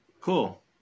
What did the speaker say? cool